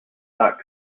dark